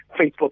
Facebook